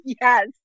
Yes